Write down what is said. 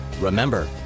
remember